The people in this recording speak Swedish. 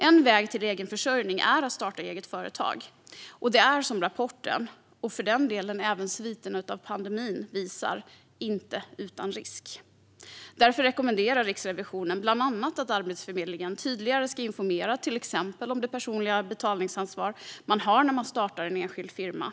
En väg till egen försörjning är att starta ett eget företag. Som rapporten - och för den delen även sviterna av pandemin - visar är detta inte utan risk. Därför rekommenderar Riksrevisionen bland annat att Arbetsförmedlingen tydligare ska informera om till exempel det personliga betalningsansvar man har när man startar en enskild firma.